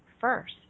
first